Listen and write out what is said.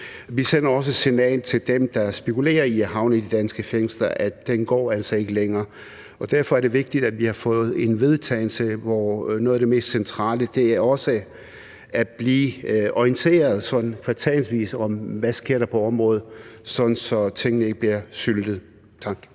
Vi sender også et signal til dem, der spekulerer i at havne i de danske fængsler, om, at den altså ikke går længere. Derfor er det vigtigt, at vi har fået et forslag til vedtagelse, hvor noget af det mest centrale også er, at vi bliver orienteret kvartalsvis om, hvad der sker på området, sådan at tingene ikke bliver syltet. Tak.